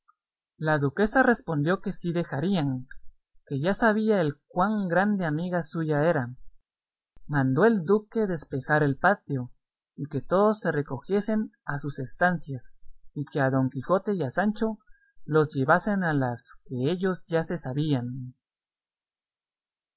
la duquesa respondió que sí dejarían que ya sabía él cuán grande amiga suya era mandó el duque despejar el patio y que todos se recogiesen a sus estancias y que a don quijote y a sancho los llevasen a las que ellos ya se sabían